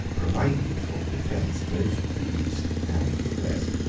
provided for the defence both of the east and of the west.